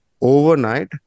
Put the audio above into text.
overnight